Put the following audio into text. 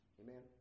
amen